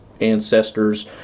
ancestors